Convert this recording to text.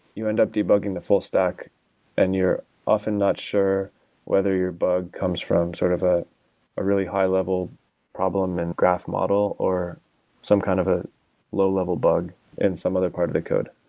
you end up debugging the full stack and you're often not sure whether your bug comes from sort of ah a really high-level problem and graph model or some kind of a low-level bug in some other part of the code.